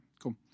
Cool